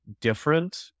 different